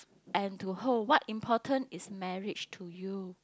and to hold what important is marriage to you